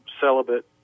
celibate